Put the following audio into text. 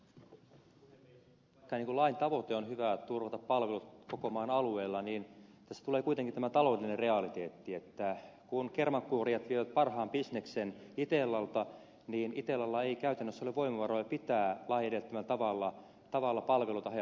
vaikka lain tavoite on hyvä turvata palvelut koko maan alueella niin tässä tulee kuitenkin tämä taloudellinen realiteetti että kun kermankuorijat vievät parhaan bisneksen itellalta niin itellalla ei käytännössä ole voimavaroja pitää lain edellyttämällä tavalla palveluita haja asutusalueilla